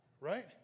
Right